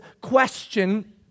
question